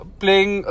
playing